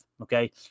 Okay